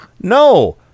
no